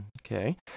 Okay